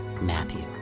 Matthew